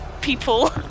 people